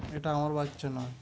এটা আমার বাচ্চা নয়